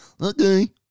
Okay